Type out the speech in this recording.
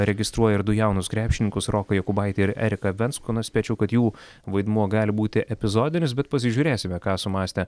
registruoja ir du jaunus krepšininkus roką jakubaitį ir eriką venskų na spėčiau kad jų vaidmuo gali būti epizodinis bet pasižiūrėsime ką sumąstė